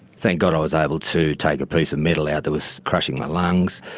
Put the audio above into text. thank god i was able to take a piece of metal out that was crushing my lungs,